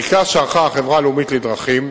בדיקה שערכה החברה הלאומית לדרכים,